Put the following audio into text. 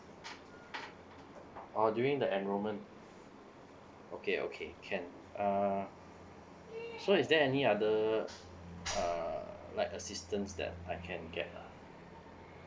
or during that enrollment okay okay can err so is there any other uh like assistance that I can get ah